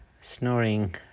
snoring